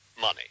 Money